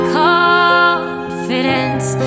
confidence